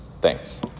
Thanks